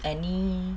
any